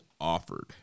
offered